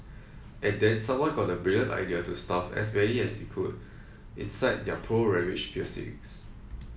and then someone got the brilliant idea to stuff as many as they could inside their poor ravaged piercings